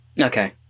Okay